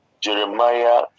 Jeremiah